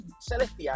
celestial